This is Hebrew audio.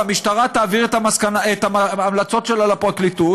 והמשטרה תעביר את ההמלצות שלה לפרקליטות,